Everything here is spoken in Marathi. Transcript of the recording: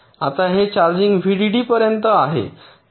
आता हे चार्जिंग व्हीडीडी पर्यंत आहे